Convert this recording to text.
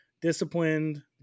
Disciplined